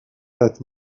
that